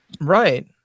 Right